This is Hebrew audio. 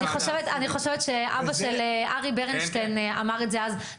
אני חושבת שאבא של ארי ברנשטיין אמר את זה אז,